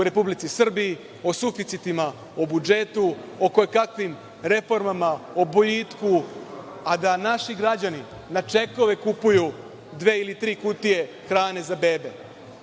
u Republici Srbiji, o suficitima, o budžetu, o kojekakvim reformama, o boljitku, a da naši građani na čekove kupuju dve ili tri kutije hrane za bebe,